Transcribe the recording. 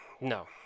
No